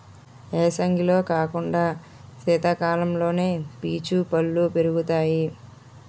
ఏసంగిలో కాకుండా సీతకాలంలోనే పీచు పల్లు పెరుగుతాయి